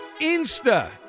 Insta